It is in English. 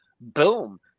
Boom